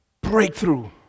breakthrough